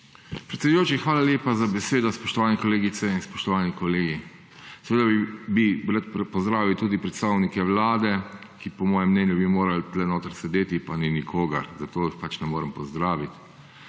Predsedujoči, hvala lepa za besedo. Spoštovane kolegice in spoštovani kolegi! Seveda bi rad pozdravil tudi predstavnike Vlade, ki po mojem mnenju bi moral tu noter sedeti, pa ni nikogar, zato jih pač ne morem pozdravit